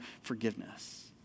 forgiveness